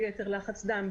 ביתר לחץ דם,